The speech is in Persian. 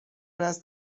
است